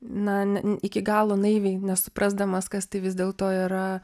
na iki galo naiviai nesuprasdamas kas tai vis dėlto yra